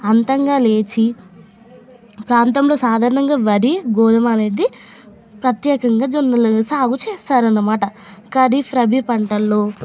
అంతంగా లేచి ప్రాంతంలో సాధారణంగా వరి గోధుమ అనేది ప్రత్యేకంగా జొన్నలను సాగు చేస్తారనమాట ఖరీఫ్ రబీ పంటల్లో